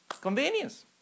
convenience